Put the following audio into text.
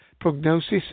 prognosis